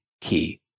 key